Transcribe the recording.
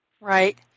Right